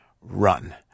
run